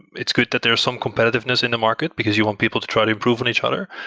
it's good that there are some competitiveness in the market, because you want people to try to improve on each other.